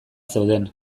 zeuden